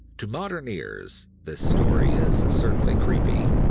to modern ears, this story is certainly creepy,